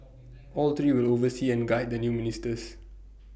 all three will oversee and guide the new ministers